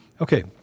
Okay